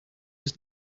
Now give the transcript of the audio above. was